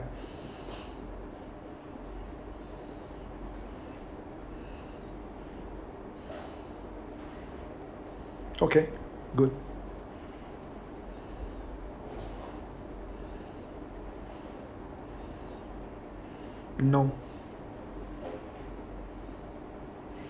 okay good no